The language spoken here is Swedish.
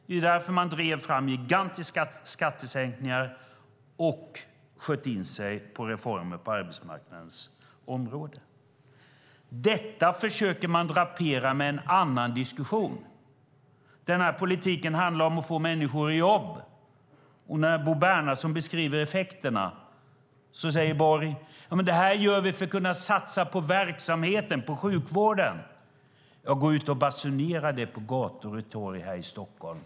Det är därför man drev fram gigantiska skattesänkningar och sköt in sig på reformer på arbetsmarknadens område. Detta försöker man drapera med en annan diskussion. Politiken handlar om att få människor i jobb. När Bo Bernhardsson beskriver effekterna säger Borg: Det här gör vi för att kunna satsa på verksamheten och på sjukvården. Gå ut och basunera det på gator och torg här i Stockholm!